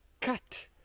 cut